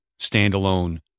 standalone